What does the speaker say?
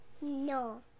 No